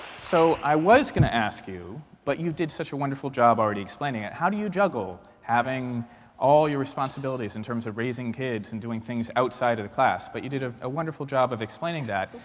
so i was going to ask you but you did such a wonderful job already explaining it how do you juggle having all your responsibilities, in terms of raising kids and doing things outside of the class? but you did ah a wonderful job of explaining that.